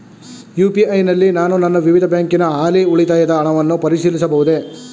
UPI ನಲ್ಲಿ ನಾನು ನನ್ನ ವಿವಿಧ ಬ್ಯಾಂಕಿನ ಹಾಲಿ ಉಳಿತಾಯದ ಹಣವನ್ನು ಪರಿಶೀಲಿಸಬಹುದೇ?